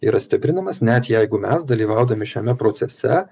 yra stiprinamas net jeigu mes dalyvaudami šiame procese